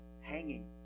hanging